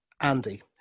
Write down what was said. Andy